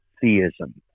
theism